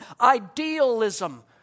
Idealism